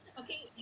okay